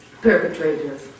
perpetrators